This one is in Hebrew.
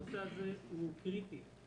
הנושא הזה הוא קריטי.